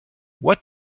what